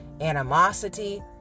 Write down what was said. animosity